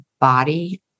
body